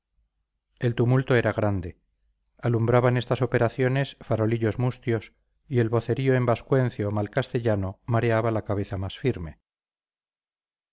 el tumulto era grande alumbraban estas operaciones farolillos mustios y el vocerío en vascuence o mal castellano mareaba la cabeza más firme